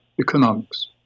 economics